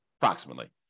approximately